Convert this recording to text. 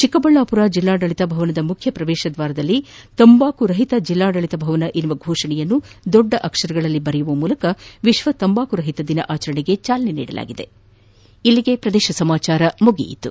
ಚೆಕ್ಕಬಳ್ಳಾಪುರ ಜಿಲ್ಲಾಡಳಿತ ಭವನದ ಮುಖ್ಯ ಪ್ರವೇಶ ದ್ವಾರದಲ್ಲಿ ತಂಬಾಕು ರಹಿತ ಜಿಲ್ಲಾಡಳಿತ ಭವನ ಎಂಬ ಫೋಷಣೆಯನ್ನು ದೊಡ್ಡ ಅಕ್ಷರಗಳಲ್ಲಿ ಬರೆಯುವ ಮೂಲಕ ವಿಶ್ವ ತಂಬಾಕು ರಹಿತ ದಿನ ಆಚರಣೆಗೆ ಚಾಲನೆ ನೀಡಲಾಯಿತು